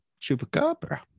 chupacabra